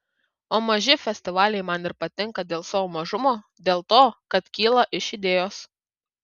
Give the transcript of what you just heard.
o maži festivaliai man ir patinka dėl savo mažumo dėl to kad kyla iš idėjos